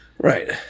Right